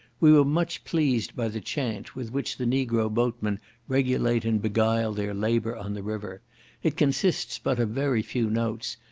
we were much pleased by the chant with which the negro boatmen regulate and beguile their labour on the river it consists but of very few notes,